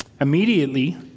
Immediately